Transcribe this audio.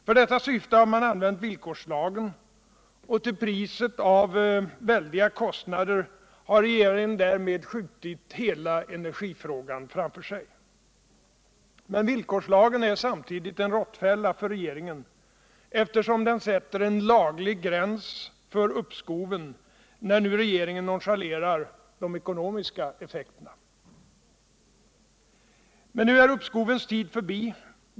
För detta syfte har man använt villkorslagen, och till priset av väldiga kostnader har regeringen därmed skjutit hela energifrågan framför sig. Men villkorslagen är samtidigt en råttfälla för regeringen, eftersom den sätter en laglig gräns för uppskoven, när nu regeringen nonchalerar de ekonomiska effekterna. Men nu är uppskovens tid förbi.